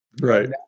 Right